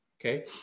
okay